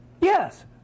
Yes